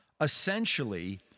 essentially